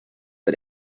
but